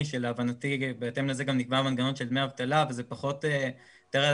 שלהבנתי בהתאם לזה גם נקבע המנגנון של דמי אבטלה וזה פחות האנשים